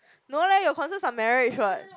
no leh your concerns are marriage what